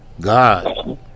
God